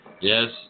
Yes